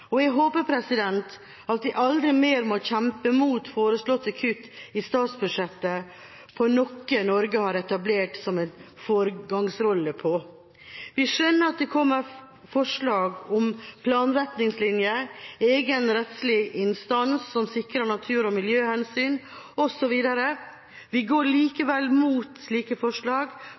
og jeg håper at vi aldri mer må kjempe mot foreslåtte kutt i statsbudsjettet på noe der Norge har etablert en foregangsrolle. Vi skjønner at det kommer forslag om planretningslinjer, egen rettslig instans som sikrer natur- og miljøhensyn, osv. Vi går likevel mot slike forslag,